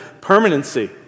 permanency